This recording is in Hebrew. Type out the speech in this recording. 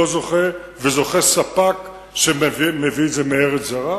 זוכה וזוכה ספק שמביא את זה מארץ זרה?